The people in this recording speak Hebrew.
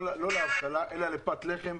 לא לאבטלה אלא לפת לחם.